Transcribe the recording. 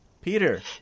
peter